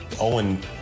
Owen